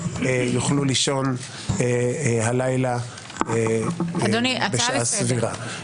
יוכלו לישון הלילה בשעה סבירה.